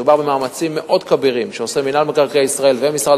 מדובר במאמצים כבירים שעושים מינהל מקרקעי ישראל ומשרד